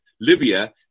Libya